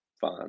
Fine